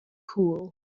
cool